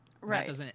right